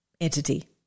entity